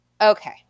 okay